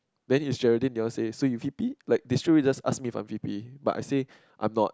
then Sheroline they all say so you V_P like they straight away just ask me for me V_P but I said I am not